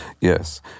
yes